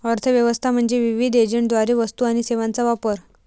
अर्थ व्यवस्था म्हणजे विविध एजंटद्वारे वस्तू आणि सेवांचा वापर